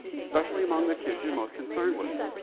especially among the kids you're most concerned with.